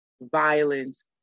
violence